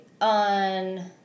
on